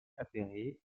appéré